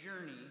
journey